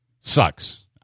sucks